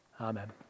amen